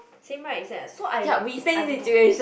same right is that so I I don't know